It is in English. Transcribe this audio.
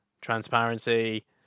transparency